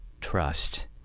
trust